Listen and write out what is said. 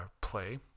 play